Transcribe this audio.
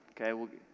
okay